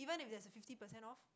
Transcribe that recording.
even if there's a fifty percent off